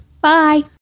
Bye